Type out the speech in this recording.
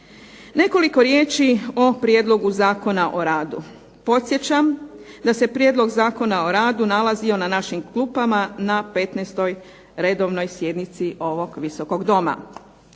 Nekoliko riječi o prijedlogu Zakona o radu. Podsjećam da se Prijedlog zakona o radu nalazio na našim klupama na 15. redovnoj sjednici ovog Visokog doma.